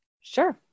Sure